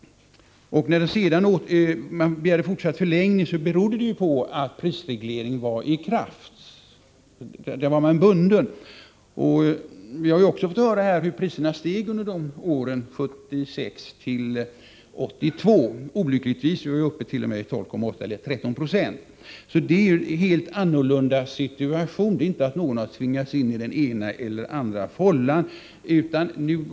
När man begärde fortsatt förlängning berodde det på att prisregleringen var i kraft. Där var man bunden. Vi har också fått höra här hur priserna steg under åren 1976-1982. Olyckligtvis var prisökningarna t.o.m. uppe i 12,8 eller 13 26. Det är en helt annorlunda situation — ingen har tvingats in i den ena eller andra fållan.